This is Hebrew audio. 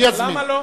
למה לא?